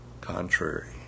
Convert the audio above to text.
Contrary